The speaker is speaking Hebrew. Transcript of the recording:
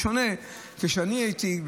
בשונה ממה כשאני הייתי,